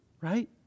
Right